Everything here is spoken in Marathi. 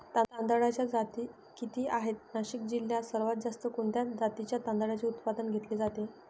तांदळाच्या जाती किती आहेत, नाशिक जिल्ह्यात सर्वात जास्त कोणत्या जातीच्या तांदळाचे उत्पादन घेतले जाते?